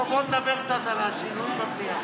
בוא, בוא נדבר קצת על השינויים בבנייה.